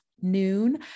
noon